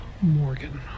Morgan